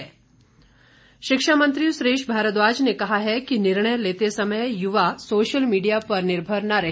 सुरेश भारद्वाज शिक्षा मंत्री सुरेश भारद्वाज ने कहा है कि निर्णय लेते समय युवा सोशल मीडिया पर निर्भर न रहे